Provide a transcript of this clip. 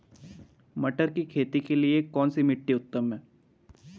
मटर की खेती के लिए कौन सी मिट्टी उत्तम है?